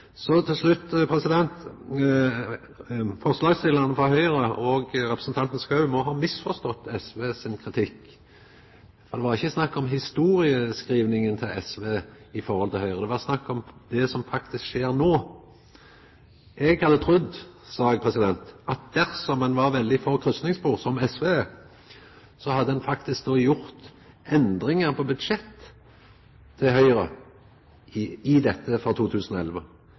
Så til slutt: Forslagsstillaren frå Høgre representanten Schou må ha misforstått SV sin kritikk, for det var ikkje snakk om historieskrivinga til SV i forhold til Høgre, det var snakk om det som faktisk skjer no. Eg hadde trudd, sa eg, at dersom ein var veldig for kryssingsspor, som SV er, så ville ein faktisk gjort endringar på budsjettet til Høgre når det gjeld dette, frå 2011.